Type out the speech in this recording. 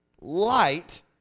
Light